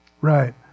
Right